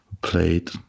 played